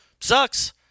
Sucks